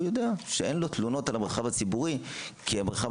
הוא יודע שאין לו תלונות על המרחב הציבורי כי המרחב